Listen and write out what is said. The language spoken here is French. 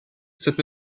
cette